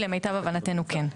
למיטב הבנתנו כן.